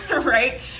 right